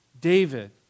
David